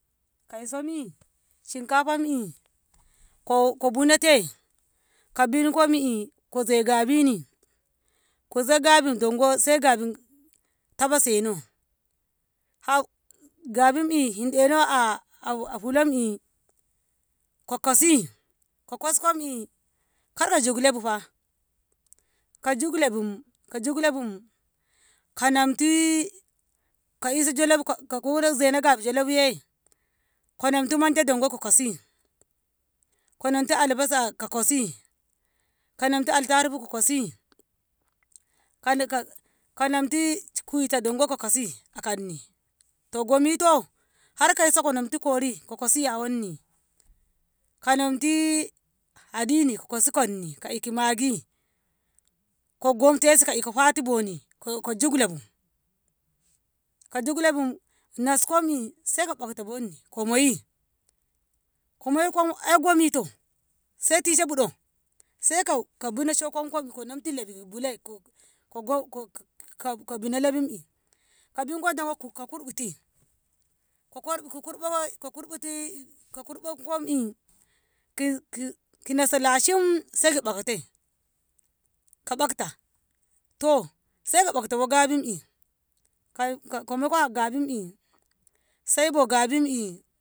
Kauso mi shinkafam'i ko bunete kobimko'i zai gabini koze Gabi dongo Sai Gabi tafaseno haau gobim'i hin'deno aah ahh ahulam'i ko Kosi ko koskomm'i kargo jugle bufa ko juglebu ko juglebum ko namti ko'iso jolof ko'e zene Gabi jolof ye ko namtu Manda dongo ko kasi ko namtu albasa ko Kosi ko namtu attaruhu ko Kosi ko koeh namtu guita dongo ko Kasi a kanni to gomito har kauso ko namtu Kori ko Kosi hawanni ko namti adini ko Kosi kanni ka'i ki Maggi ko gomtesi ka'i ko fati boni ko juglebu ko juglebu naskom'i Sai ki bafte boni ko moyi komoiko ai gomito Sai tishe bu'do? Sai ko ko buni shokonko ko namtu labi bule ko ko ko ko bene lebim'i kobingo joko ko- ko kur'biti ko ko kur'biti i' kur"bonko wom'i ki ki naso lashim saiko baqte ko baqta too Sai ko boqte bo gabim'i ko ko moiko hau gabim'i Sai bo gabim'i.